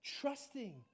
trusting